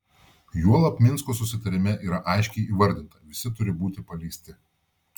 juolab minsko susitarime yra aiškiai įvardinta visi turi būti paleisti